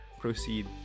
proceed